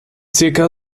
zirka